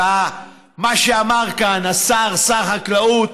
ומה שאמר כאן השר, שר החקלאות,